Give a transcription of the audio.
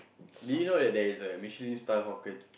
do you know that there is a Michelin star hawker